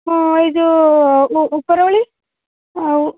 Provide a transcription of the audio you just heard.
ହଁ ଏଇ ଯୋଉ ଉ ଉପରଓଳି ଆଉ